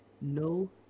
No